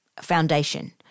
foundation